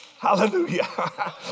Hallelujah